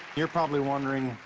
you're probably wondering,